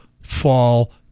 fall